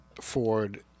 Ford